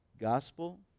gospel